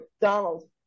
donald